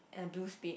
and a blue spade